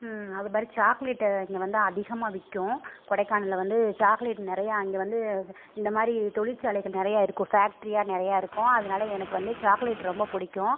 அதுமாதிரி சாக்லேட் இங்கே வந்து அதிகமாக விற்கும் கொடைக்கானலில் வந்து சாக்லேட் நிறையா அங்கே வந்து இந்த மாதிரி தொழிற்சாலைகள் நிறையா இருக்கும் ஃபேக்ட்ரியாக நிறையா இருக்கும் அதனால் எனக்கு வந்து சாக்லேட் ரொம்பபிடிக்கும்